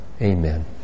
Amen